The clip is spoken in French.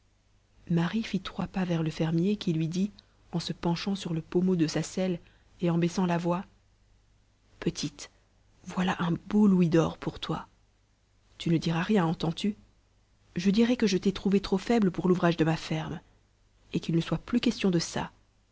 marie fit trois pas vers le fermier qui lui dit en se penchant sur le pommeau de sa selle et en baissant la voix petite voilà un beau louis d'or pour toi tu ne diras rien entends-tu je dirai que je t'ai trouvée trop faible pour l'ouvrage de ma ferme et qu'il ne soit plus question de ça